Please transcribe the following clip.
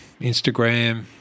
Instagram